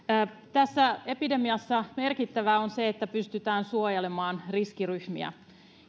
tässä epidemiassa merkittävää on se että pystytään suojelemaan riskiryhmiä